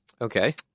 Okay